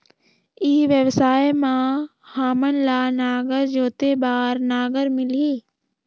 ई व्यवसाय मां हामन ला नागर जोते बार नागर मिलही?